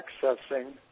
accessing